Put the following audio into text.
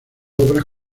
obras